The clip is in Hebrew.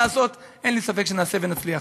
אין לי ספק שנעשה ונצליח.